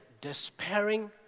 despairing